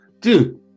dude